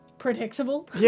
Predictable